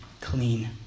clean